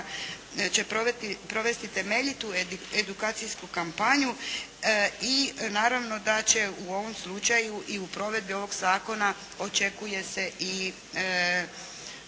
će provesti temeljitu edukacijsku kampanju i naravno da će u ovom slučaju i u provedbi ovog zakona očekuje se i